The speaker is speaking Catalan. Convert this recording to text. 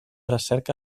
recerca